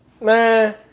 Man